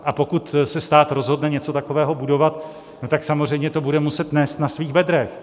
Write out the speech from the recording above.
A pokud se stát rozhodne něco takového budovat, tak samozřejmě to bude muset nést na svých bedrech.